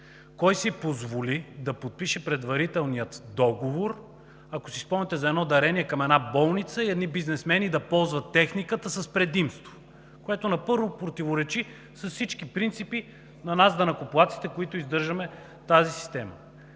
кой си позволи да подпише предварителния договор, ако си спомняте, за едно дарение към една болница и едни бизнесмени да ползват техниката с предимство, което, първо, противоречи на всички принципи на нас, данъкоплатците, които издържаме тази система?